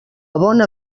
bona